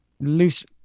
Loose